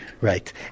Right